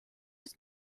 just